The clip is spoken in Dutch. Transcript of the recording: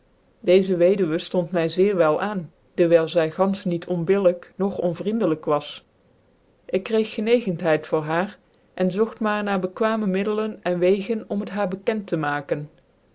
deeze weduwe ftond my zeer wel aan dewijl zy gantfeh niet onbillijk nog onvricndclyk was ik kreeg gcncgcndhcid voor haar ien zogt maar na bekwame middelen cn wegen om het haar bekend te maken